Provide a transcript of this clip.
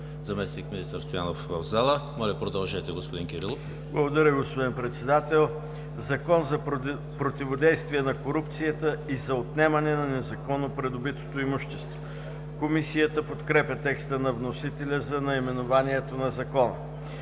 заместник-министър Стоянов в залата. Моля, продължете господин Кирилов. ДОКЛАДЧИК ДАНАИЛ КИРИЛОВ: Благодаря, господин Председател. „Закон за противодействие на корупцията и за отнемане на незаконно придобитото имущество“. Комисията подкрепя текста на вносителя за наименованието на Закона.